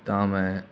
ਤਾਂ ਮੈਂ